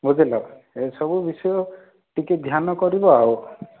ବୁଝିଲ ଏସବୁ ବିଷୟ ଟିକେ ଧ୍ୟାନ କରିବ ଆଉ